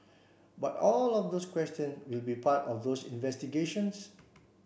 but all of those questions will be part of those investigations